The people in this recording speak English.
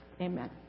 Amen